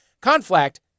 conflict